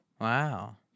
Wow